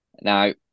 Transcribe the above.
Now